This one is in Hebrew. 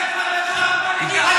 אתה דרך המשלחת הפלסטינית פונה,